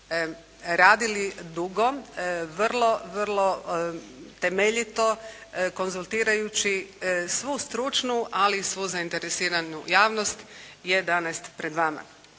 radili dugo, vrlo vrlo temeljito, konzultirajući svu stručnu ali i svu zainteresiranu javnost je danas pred vama.